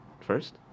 First